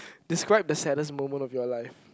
describe the saddest moment of your life